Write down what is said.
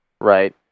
right